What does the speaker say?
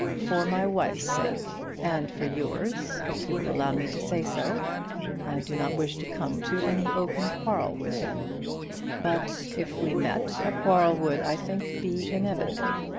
for my wife's sake and for yours, if you will allow me to say so i do not wish to come to any open quarrel with him but if we met, a quarrel would, i think, be inevitable.